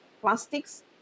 plastics